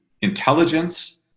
intelligence